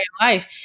life